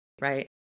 Right